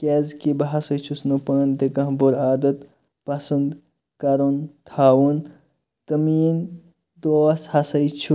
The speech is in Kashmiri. کیازکہِ بہٕ ہَسا چھُس نہٕ پانہٕ تہِ کانٛہہ بُرٕ عادَت پَسَنٛد کَرُن تھاوُن تہٕ میٲنٛۍ دوس ہَسا چھُ